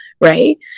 right